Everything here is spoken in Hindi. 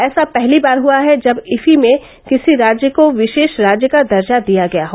ऐसा पहली बार हुआ है जब इफी में किसी राज्य को विशेष राज्य का दर्जा दिया गया हो